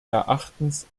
erachtens